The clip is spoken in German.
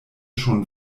schon